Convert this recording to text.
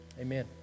amen